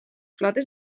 flotes